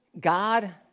God